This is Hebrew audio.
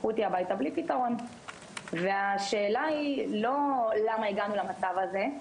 שלחו אותי הביתה בלי פתרון והשאלה היא לא למה הגענו למצב הזה,